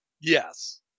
Yes